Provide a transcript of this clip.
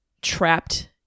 trapped